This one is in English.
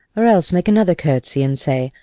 or else make another curtsy, and say,